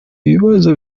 ibibazo